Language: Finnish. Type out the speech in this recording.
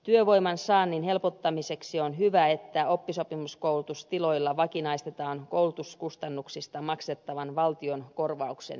työvoiman saannin helpottamiseksi on hyvä että oppisopimuskoulutus tiloilla vakinaistetaan koulutuskustannuksista maksettavan valtion korvauksen turvin